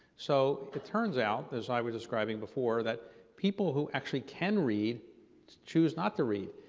so, it turns out as i was describing before that people who actually can read choose not to read.